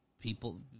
People